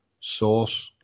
source